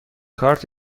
کارت